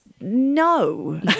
no